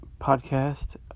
podcast